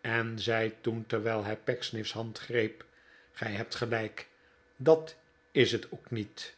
en zei toen terwijl hij pecksniff's hand greep gij hebt gelijk dat is het ook niet